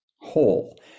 whole